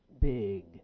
Big